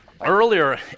earlier